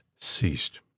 ceased